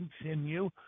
continue